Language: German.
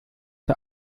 der